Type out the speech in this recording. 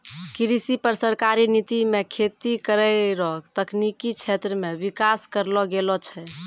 कृषि पर सरकारी नीति मे खेती करै रो तकनिकी क्षेत्र मे विकास करलो गेलो छै